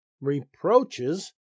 reproaches